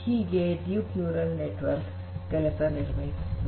ಹೀಗೆ deep neural network ಕೆಲಸವನ್ನು ನಿರ್ವಹಿಸುತ್ತದೆ